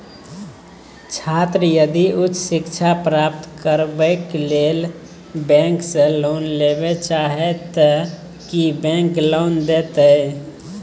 छात्र यदि उच्च शिक्षा प्राप्त करबैक लेल बैंक से लोन लेबे चाहे ते की बैंक लोन देतै?